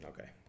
okay